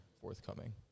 forthcoming